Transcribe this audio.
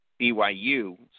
BYU